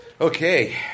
Okay